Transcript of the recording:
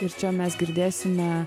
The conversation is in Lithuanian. ir čia mes girdėsime